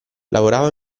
lavorava